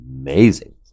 amazing